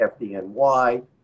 FDNY